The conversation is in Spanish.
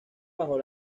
bajo